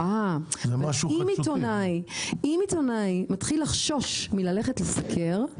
אם עיתונאי מתחיל לחשוש מללכת לסקר,